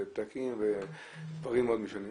ופתקים ודברים מאוד ישנים.